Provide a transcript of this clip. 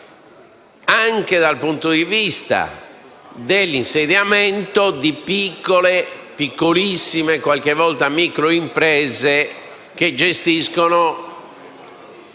anche dal punto di vista dell'insediamento di piccole e piccolissime aziende - qualche volta microimprese - che gestiscono